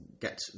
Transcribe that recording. Get